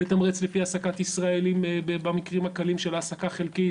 לתמרץ לפי העסקת ישראלים במקרים הקלים של העסקה חלקית